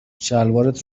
شلوارت